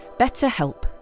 BetterHelp